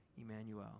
Emmanuel